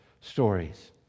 stories